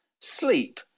sleep